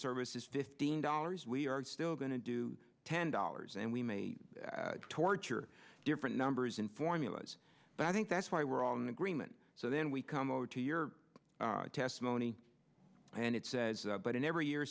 service is fifteen dollars we are still going to do ten dollars and we may torture different numbers and formulas but i think that's why we're all in agreement so then we come over to your testimony and it says but in every year